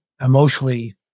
emotionally